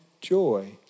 joy